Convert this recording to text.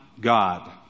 God